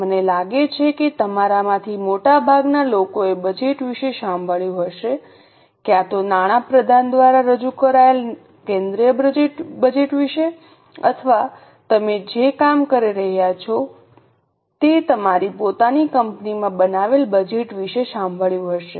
મને લાગે છે કે તમારામાંથી મોટા ભાગના લોકોએ બજેટ વિશે સાંભળ્યું હશે ક્યાં તો નાણાં પ્રધાન દ્વારા રજૂ કરાયેલ કેન્દ્રીય બજેટ વિશે અથવા તમે જે કામ કરી રહ્યા છો તે તમારી પોતાની કંપનીમાં બનાવેલા બજેટ વિશે સાંભળ્યું હશે